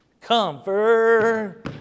comfort